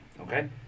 Okay